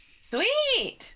Sweet